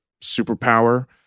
superpower